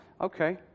Okay